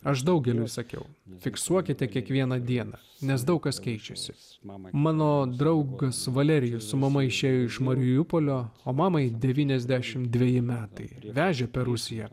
aš daugeliui sakiau fiksuokite kiekvieną dieną nes daug kas keičiasi mama mano draugas valerijus su mama išėjo iš mariupolio o mamai devyniasdešimt dveji metai ir vežė per rusiją